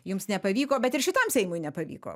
jums nepavyko bet ir šitam seimui nepavyko